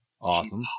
Awesome